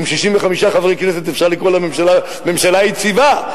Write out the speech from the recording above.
עם 65 חברי כנסת אפשר לקרוא לממשלה ממשלה יציבה.